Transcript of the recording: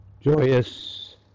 joyous